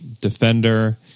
defender